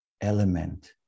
element